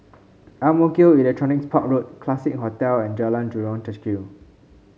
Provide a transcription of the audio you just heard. Ang Mo Kio Electronics Park Road Classique Hotel and Jalan Jurong Kechil